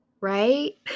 Right